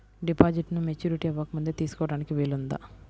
డిపాజిట్ను మెచ్యూరిటీ అవ్వకముందే తీసుకోటానికి వీలుందా?